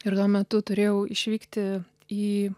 ir tuo metu turėjau išvykti į